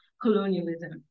colonialism